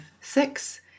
six